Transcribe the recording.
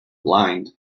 blind